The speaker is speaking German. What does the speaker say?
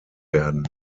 werden